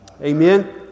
Amen